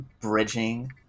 bridging